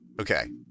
okay